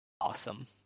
awesome